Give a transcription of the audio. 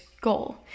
goal